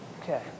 Okay